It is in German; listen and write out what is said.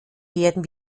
werden